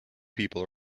people